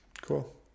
Cool